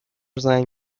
زنگ